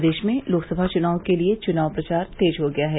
प्रदेश में लोकसभा चुनाव के लिये चुनाव प्रचार तेज हो गया है